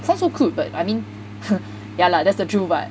sounds so cruel but I mean yeah lah that's the truth [what]